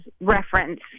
reference